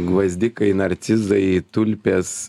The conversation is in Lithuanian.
gvazdikai narcizai tulpės